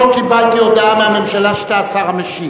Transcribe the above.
לא קיבלתי הודעה מהממשלה שאתה השר המשיב.